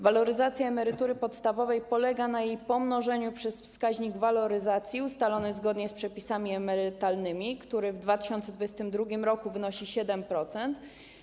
Waloryzacja emerytury podstawowej polega na jej pomnożeniu przez wskaźnik waloryzacji ustalony zgodnie z przepisami emerytalnymi, który w 2022 r. wynosi 7%.